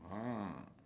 ah